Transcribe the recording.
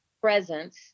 presence